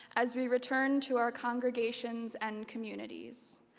as we return to our congregations and communities.